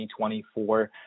2024